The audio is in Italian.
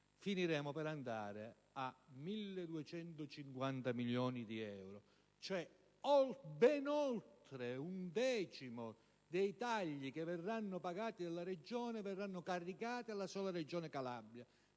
Finiremo per arrivare a 1.250 milioni di euro: ben oltre un decimo dei tagli che saranno pagati dalle Regioni saranno a carico della sola Regione Calabria.